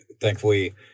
thankfully